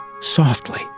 Softly